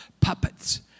puppets